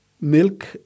milk